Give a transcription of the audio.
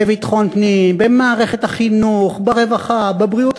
בביטחון פנים, במערכת החינוך, ברווחה, בבריאות.